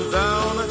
down